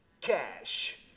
cash